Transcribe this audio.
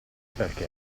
perché